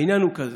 העניין הוא כזה: